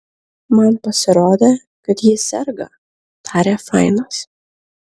man pasirodė kad ji serga tarė fainas